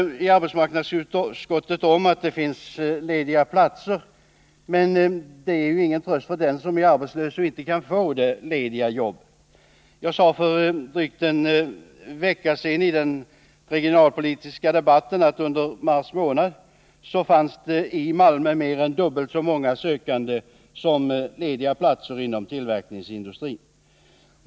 Arbetsmarknadsutskottet talar om att det finns lediga platser — men det är ju ingen tröst för den som är arbetslös och inte kan få det lediga jobbet. Jag sade för drygt en vecka sedan i den regionalpolitiska debatten att det i Malmö under mars månad fanns mer än dubbelt så många sökande som lediga platser inom tillverkningsindustrin.